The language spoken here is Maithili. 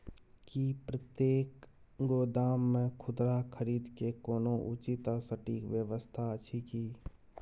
की प्रतेक गोदाम मे खुदरा खरीद के कोनो उचित आ सटिक व्यवस्था अछि की?